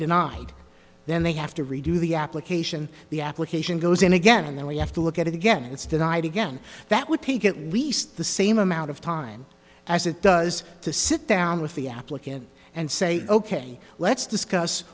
denied then they have to redo the application the application goes in again and then we have to look at it again it's denied again that would take at least the same amount of time as it does to sit down with the applicant and say ok let's discuss